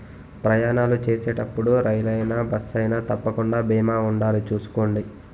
ప్రయాణాలు చేసేటప్పుడు రైలయినా, బస్సయినా తప్పకుండా బీమా ఉండాలి చూసుకోండి